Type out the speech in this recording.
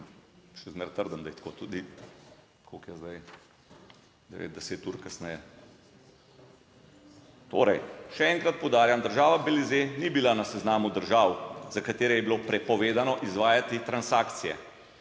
še zmeraj trdim, da je tako tudi - koliko je sedaj 9, 10 ur kasneje? Torej, še enkrat poudarjam, država Belize ni bila na seznamu držav, za katere je bilo prepovedano izvajati transakcije.